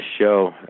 show